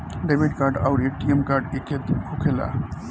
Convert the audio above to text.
Debit card आउर ATM card एके होखेला?